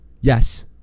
Yes